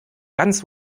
ganz